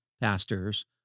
pastors